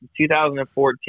2014